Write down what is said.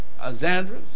Alexandra